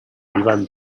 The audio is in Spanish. evan